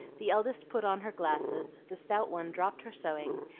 the eldest put on her glasses, the stout one dropped her sewing,